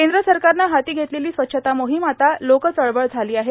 केंद्र सरकारनं हाती घेतलेली स्वच्छता मोहीम आता लोक चळवळ झाली आहे